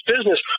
business